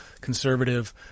conservative